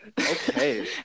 Okay